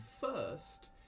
first